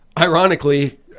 Ironically